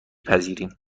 پذیریم